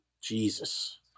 Jesus